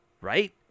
right